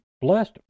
blessed